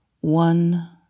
one